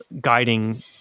guiding